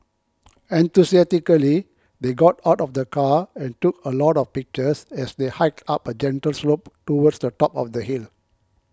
enthusiastically they got out of the car and took a lot of pictures as they hiked up a gentle slope towards the top of the hill